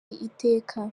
iteka